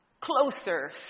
closer